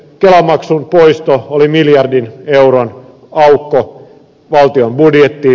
kelamaksun poisto toi miljardin euron aukon valtion budjettiin